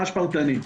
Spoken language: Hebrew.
ממש פרטני.